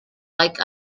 like